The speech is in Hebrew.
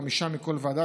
חמישה מכל ועדה,